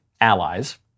allies